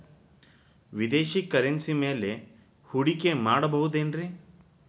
ವಿದೇಶಿ ಕರೆನ್ಸಿ ಮ್ಯಾಲೆ ಹೂಡಿಕೆ ಮಾಡಬಹುದೇನ್ರಿ?